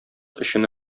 өчен